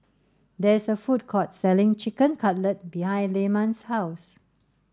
there is a food court selling Chicken Cutlet behind Lyman's house